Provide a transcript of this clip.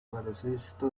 baloncesto